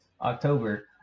October